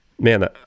man